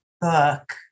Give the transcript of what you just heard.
book